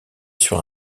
sur